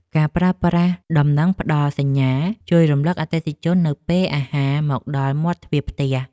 ការប្រើប្រាស់សារដំណឹងផ្ដល់សញ្ញា ជួយរំលឹកអតិថិជននៅពេលអាហារមកដល់មាត់ទ្វារផ្ទះ។